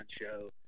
show